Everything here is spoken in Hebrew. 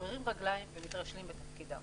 גוררים רגליים ומתרשלים בתפקידם.